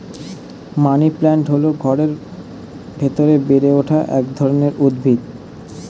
money plant হল ঘরের ভেতরে বেড়ে ওঠা এক ধরনের উদ্ভিদ